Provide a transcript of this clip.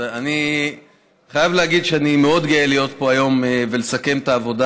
אני חייב להגיד שאני מאוד גאה להיות פה היום ולסכם את העבודה